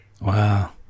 Wow